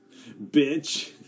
bitch